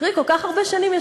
בכל התפקידים שלו,